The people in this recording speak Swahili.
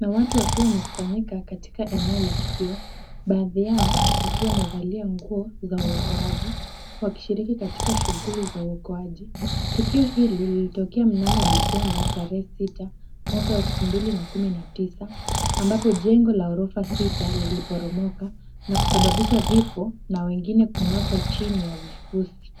na watu wakiwa wamekusanyika katika eneo la tukio baadhi yao wakiwa wamevalia nguo za uokoaji wakishiriki katika shughuli ya uokoaji. Tukio hili lilitokea mnamo Disemba tarehe sita mwaka elfu mbili na kumi na tisa ambapo jengo la ghorofa sita liliporomoka na kusababisha vifo na wengine kunaswa chini ya vifusi.